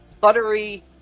...buttery